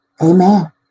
Amen